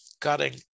cutting